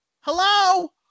Hello